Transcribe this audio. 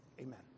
amen